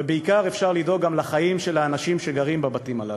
ובעיקר אפשר לדאוג גם לחיים של האנשים שגרים בבתים הללו.